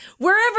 Wherever